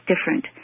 different